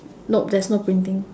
nope there's no printing